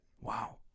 Wow